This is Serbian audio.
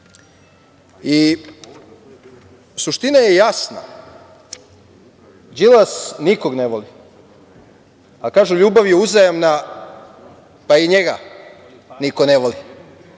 iznos. Suština je jasna, Đilas nikog ne voli, a kažu ljubav je uzajamna, pa i njega niko ne voli.